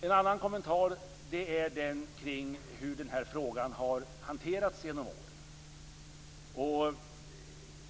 En annan kommentar gäller hur frågan har hanterats genom åren.